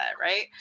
right